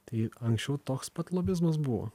tai anksčiau toks pat lobizmas buvo